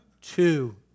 Two